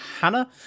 Hannah